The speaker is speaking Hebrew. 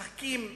משחקים בכדור,